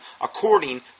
according